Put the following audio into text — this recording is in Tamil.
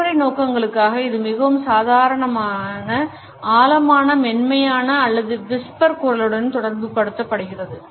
நடைமுறை நோக்கங்களுக்காக இது மிகவும் சாதாரண ஆழமான மென்மையான அல்லது விஸ்பர் குரலுடன் தொடர்புபடுத்தப்படுகிறது